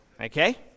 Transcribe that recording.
okay